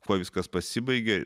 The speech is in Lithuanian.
kuo viskas pasibaigė